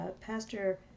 Pastor